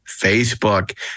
Facebook